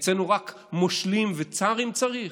אצלנו רק מושלים וצארים צריך?